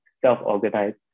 self-organized